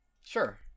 Sure